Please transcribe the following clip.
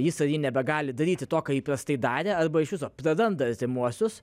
jisai nebegali daryti to ką įprastai darė arba iš viso praranda artimuosius